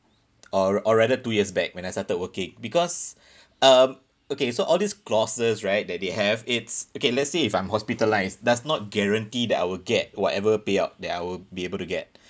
or or rather two years back when I started working because um okay so all these clauses right that they have it's okay let's say if I'm hospitalised does not guarantee that I will get whatever payout that I will be able to get